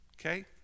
okay